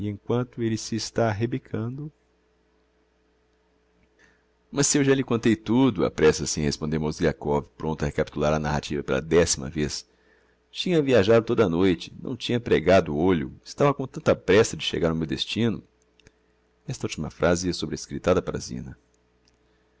emquanto elle se está arrebicando mas se eu já lhe contei tudo apressa se em responder mozgliakov prompto a recapitular a narrativa pela décima vez tinha viajado toda a noite não tinha pregado olho estava com tanta pressa de chegar ao meu destino esta